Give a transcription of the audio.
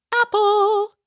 Apple